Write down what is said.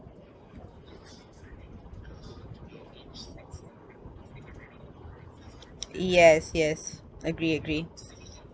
yes yes agree agree